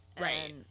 Right